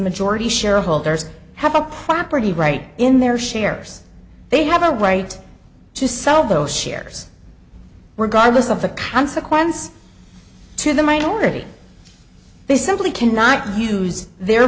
majority shareholders have a property right in their shares they have a right to sell those shares were godless of the consequence to the minority they simply cannot use their